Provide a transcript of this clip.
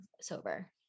sober